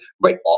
right